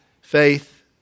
faith